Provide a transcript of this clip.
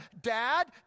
Dad